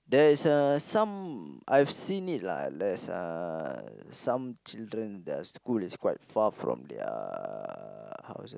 there's uh some I've seen it lah there's uh some children their school is quite far from their house